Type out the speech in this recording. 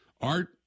art